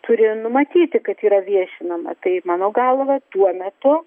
turi numatyti kad yra viešinama tai mano galva tuo metu